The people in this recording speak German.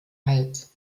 hals